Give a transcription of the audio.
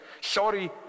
Sorry